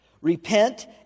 Repent